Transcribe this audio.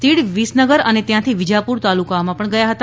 તીડ વિસનગર અને ત્યાંથી વિજાપુર તાલુકાઓમાં પણ ગયા હતા